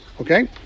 Okay